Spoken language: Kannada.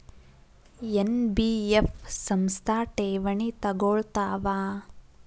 ಎನ್.ಬಿ.ಎಫ್ ಸಂಸ್ಥಾ ಠೇವಣಿ ತಗೋಳ್ತಾವಾ?